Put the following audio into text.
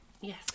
Yes